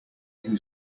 who